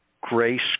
grace